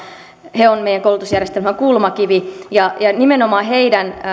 he ovat meidän koulutusjärjestelmämme kulmakivi nimenomaan heidän